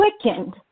quickened